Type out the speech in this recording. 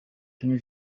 king